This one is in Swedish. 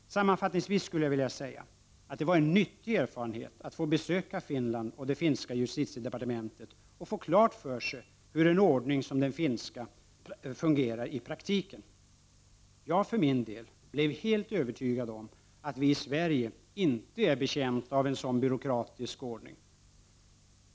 Sammanfattningsvis skulle jag vilja säga att det var en nyttig erfarenhet att få besöka Finland och det finska justitiedepartementet och få klart för sig hur en ordning som den finska fungerar i praktiken. Jag för min del blev helt övertygad om att vi i Sverige inte är betjänta av en sådan byråkratisk ordning.